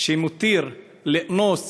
שמתיר לאנוס